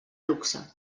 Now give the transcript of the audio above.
luxe